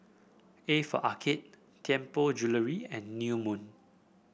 A for Arcade Tianpo Jewellery and New Moon